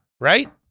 right